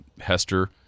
Hester